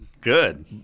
Good